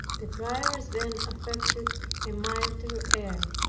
the prioress then affected a milder air.